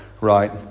Right